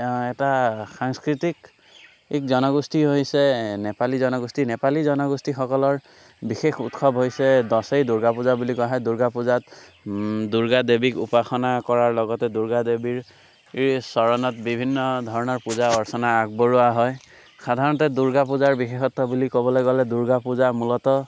এটা সংস্কৃতিক জনগোষ্ঠী হৈছে নেপালী জনগোষ্ঠী নেপালী জনগোষ্ঠীসকলৰ বিশেষ উৎসৱ হৈছে দশেইন দূৰ্গা পূজা বুলি কোৱা হয় দূৰ্গা পূজাত দূৰ্গা দেৱীক উপাসনা কৰাৰ লগতে দূৰ্গা দেৱীৰ চৰণত বিভিন্ন ধৰণে পূজা অৰ্চনা আগবঢ়োৱা হয় সাধাৰণতে দূৰ্গা পূজাৰ বিশেষত্ব বুলি ক'বলৈ হ'লে দূৰ্গা পূজা মূলতঃ